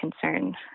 concern